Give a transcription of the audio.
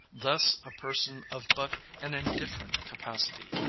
thus a person of but an indifferent capacity,